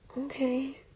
okay